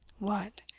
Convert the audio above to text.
what!